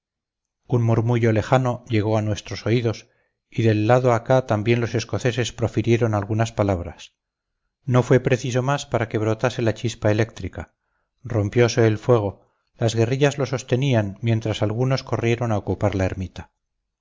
un murmullo lejano llegó a nuestros oídos y del lado acá también los escoceses profirieron algunas palabras no fue preciso más para que brotase la chispa eléctrica rompiose el fuego las guerrillas lo sostenían mientras algunos corrieron a ocupar la ermita